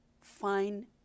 fine